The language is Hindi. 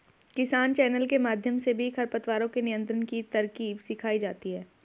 किसान चैनल के माध्यम से भी खरपतवारों के नियंत्रण की तरकीब सिखाई जाती है